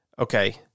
Okay